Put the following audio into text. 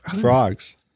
Frogs